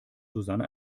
susanne